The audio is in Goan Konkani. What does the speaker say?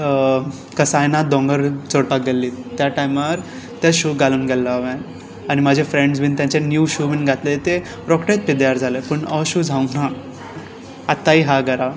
कसायनाथ दोंगर चडपाक गेल्लीं त्या टायमार ते शू घालून गेल्लो हांवें आनी म्हजे फ्रँड्स बीन तेंच्यानी न्यू शू म्हूण घातले ते रोकडेंच पिद्यार जाले पूण हो शू जावंक ना आतांय हा घरा